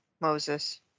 Moses